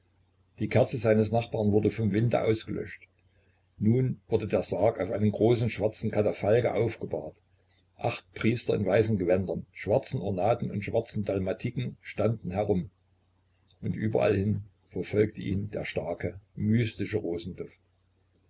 die kerze seines nachbarn wurde vom winde ausgelöscht nun wurde der sarg auf einem großen schwarzen katafalke aufgebahrt acht priester in weißen gewändern schwarzen ornaten und schwarzen dalmatiken standen herum und überall hin verfolgte ihn der starke mystische rosenduft